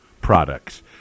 products